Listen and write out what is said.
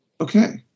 okay